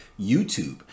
YouTube